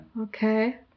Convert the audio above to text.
okay